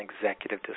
executive